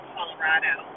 Colorado